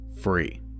free